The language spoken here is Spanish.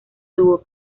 tuvo